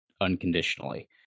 unconditionally